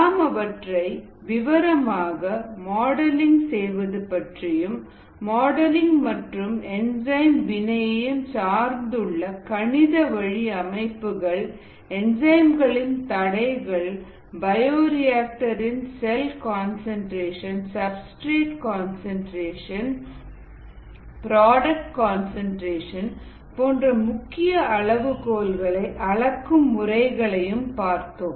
நாம் அவற்றை விவரமாக மாடலிங் செய்வது பற்றியும் மாடலிங் மற்றும் என்சைம்வினையையும்சார்ந்துள்ள கணித வழி அமைப்புகளையும் என்சைம்களின் தடைகள் பயோரிஆக்டர் இன் cell concentration substrate concentration product concentration போன்ற முக்கிய அளவுகோல்களை அளக்கும் முறைகளையும் பார்த்தோம்